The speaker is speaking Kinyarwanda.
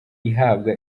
ihabwa